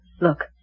Look